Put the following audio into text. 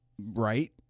Right